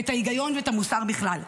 ואת ההיגיון ואת המוסר בכלל,